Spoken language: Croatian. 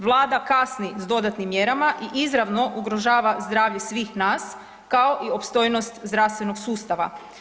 Vlada kasni s dodatnim mjerama i izravno ugrožava zdravlje svih nas kao i opstojnost zdravstvenog sustava.